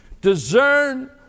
Discern